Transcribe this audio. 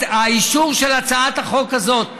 האישור של הצעת החוק הזאת,